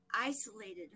isolated